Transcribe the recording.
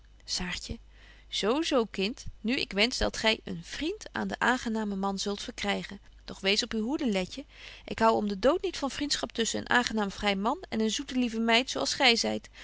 saartje zo zo kind nu ik wensch dat gy een vriend aan den aangenamen man zult verkrygen doch wees op uw hoede letje ik hou om de dood niet van vriendschap tusschen een aangenaam vry man en een lieve zoete meid zo als